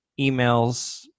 emails